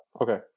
Okay